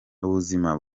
ubuzima